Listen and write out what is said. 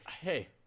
Hey